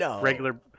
regular